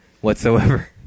whatsoever